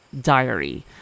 diary